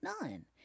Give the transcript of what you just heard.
none